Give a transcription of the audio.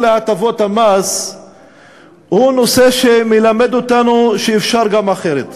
להטבות המס הוא נושא שמלמד אותנו שאפשר גם אחרת.